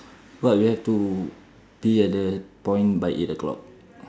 what we have to be at the point by eight o'clock